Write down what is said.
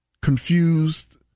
confused